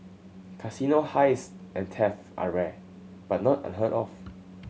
casino heist and theft are rare but not unheard of